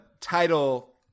title